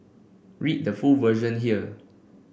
read the full version here